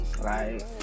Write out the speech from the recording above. Right